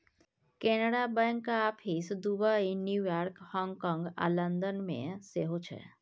कैनरा बैंकक office Dubai, New York, हाँगकाँग आ लंदन मे सेहो छै